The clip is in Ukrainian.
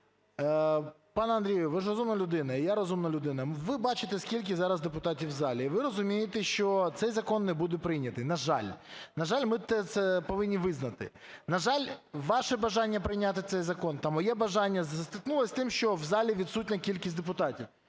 Пане Андрію, ви ж розумна людина, і я – розумна людина, ви бачите, скільки зараз депутатів, і ви розумієте, що цей закон не буде прийнятий, на жаль. На жаль, ми це повинні визнати. На жаль, ваше бажання прийняти цей закон та моє бажання стикнулося з тим, що в залі відсутня кількість депутатів.